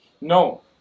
No